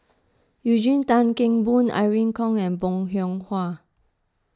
Eugene Tan Kheng Boon Irene Khong and Bong Hiong Hwa